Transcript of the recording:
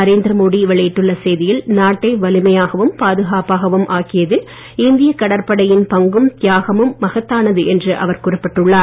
நரேந்திர மோடி வெளியிட்டுள்ள செய்தியில் நாட்டை வலிமையாக்கவும் பாதுகாப்பாகவும் ஆக்கியதில் இந்திய கடற்படையின் பங்கும் தியாகமும் மகத்தானது என்று குறிப்பிட்டுள்ளார்